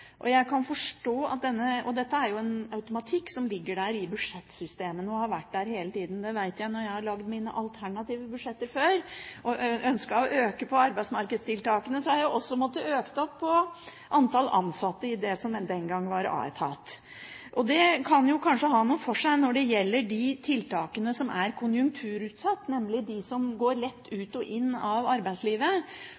Dette er en automatikk som ligger der i budsjettsystemene og har vært der hele tida. Det vet jeg, for når jeg laget mine alternative budsjetter før og ønsket å øke på arbeidsmarkedstiltakene, så måtte jeg også øke antall ansatte i det som den gang var Aetat. Det kan kanskje ha noe for seg når det gjelder de tiltakene som er konjunkturutsatt, nemlig de som går lett